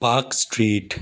Park Street